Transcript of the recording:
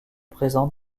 présents